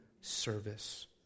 service